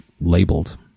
labeled